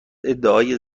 ادعای